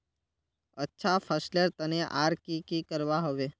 अच्छा फसलेर तने आर की की करवा होबे?